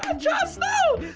ah jon snow.